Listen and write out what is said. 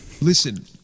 listen